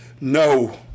No